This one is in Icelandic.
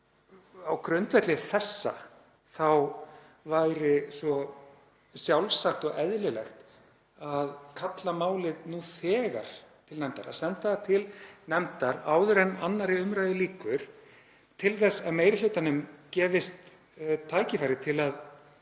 Á grundvelli þessa væri svo sjálfsagt og eðlilegt að kalla málið nú þegar til nefndar, að senda það til nefndar áður en 2. umr. lýkur til að meiri hlutanum gefist tækifæri til að